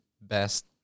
best